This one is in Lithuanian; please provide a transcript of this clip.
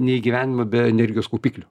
neįgyvenama be energijos kaupiklių